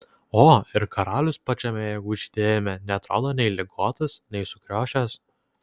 o ir karalius pačiame jėgų žydėjime neatrodo nei ligotas nei sukriošęs